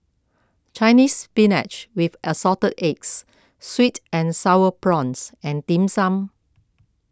Chinese Spinach with Assorted Eggs Sweet and Sour Prawns and Dim Sum